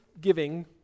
giving